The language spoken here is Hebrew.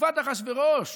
בתקופת אחשוורוש,